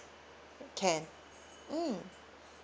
can mm